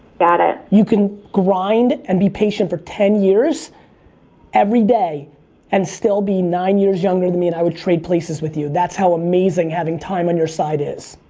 got it. you can grind and be patient for ten years everyday and still be nine years younger than me and i would trade places with you. that's how amazing having time on your side is.